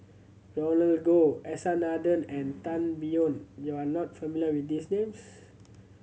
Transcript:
Roland Goh S R Nathan and Tan Biyun you are not familiar with these names